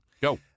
Go